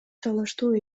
талаштуу